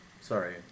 Sorry